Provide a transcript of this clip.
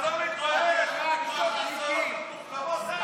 אתה לא מתבייש לשאול את השאלות המטומטמות האלה?